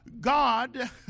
God